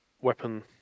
Weapon